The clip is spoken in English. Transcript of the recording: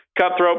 cutthroat